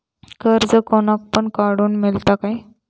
कर्ज कोणाक पण काडूक मेलता काय?